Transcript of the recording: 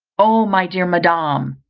oh, my dear madam,